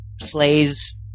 plays